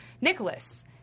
Nicholas